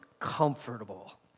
Comfortable